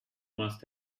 must